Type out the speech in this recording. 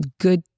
good